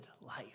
life